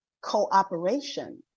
cooperation